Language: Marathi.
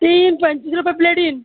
ती पंचवीस रुपये प्लेट येईल